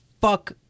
fuck